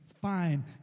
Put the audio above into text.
Fine